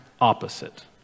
opposite